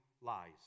lies